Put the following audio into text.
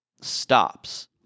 stops